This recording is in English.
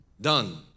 Done